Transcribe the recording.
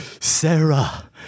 Sarah